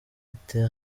terre